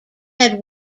had